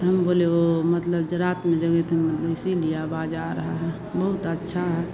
तो हम बोले वह मतलब जो रात में जगे थे मतलब इसीलिए आवाज़ आ रही है बहुत अच्छा है